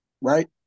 right